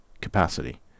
capacity